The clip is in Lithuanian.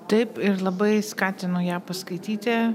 taip ir labai skatinu ją paskaityti